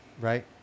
right